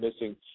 missing